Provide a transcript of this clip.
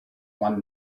one